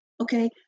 Okay